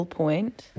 point